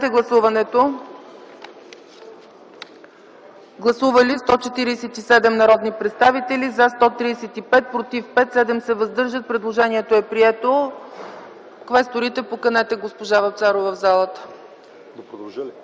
предложение. Гласували 147 народни представители: за 135, против 5, въздържали се 7. Предложението е прието. Квесторите, поканете госпожа Вапцарова в залата.